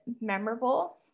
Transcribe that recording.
memorable